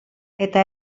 eta